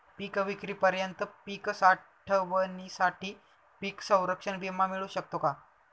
पिकविक्रीपर्यंत पीक साठवणीसाठी पीक संरक्षण विमा मिळू शकतो का?